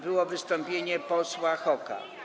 Było wystąpienie posła Hoka.